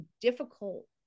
difficult